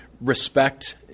respect